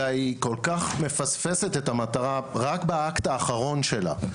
אלא היא כל כך מפספסת את המטרה רק באקט האחרון שלה.